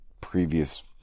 Previous